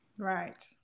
Right